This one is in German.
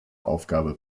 aufgabe